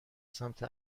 سمت